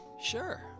sure